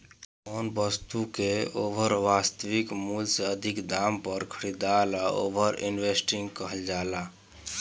कौनो बस्तु के ओकर वास्तविक मूल से अधिक दाम पर खरीदला ओवर इन्वेस्टिंग कहल जाला